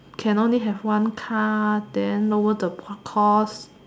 can only have one car then lower the cost